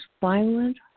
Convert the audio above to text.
violent